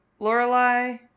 Lorelai